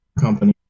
company